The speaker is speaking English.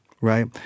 right